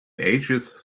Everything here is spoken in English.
ages